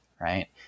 right